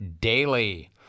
daily